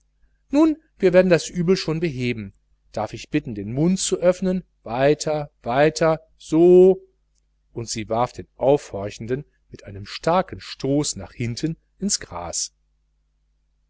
nun wir werden das übel schon beheben darf ich bitten den mund zu öffnen weiter weiter so und sie warf den aufhorchenden mit einem starken stoß nach hinten ins gras